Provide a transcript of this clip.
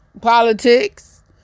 politics